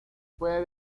puede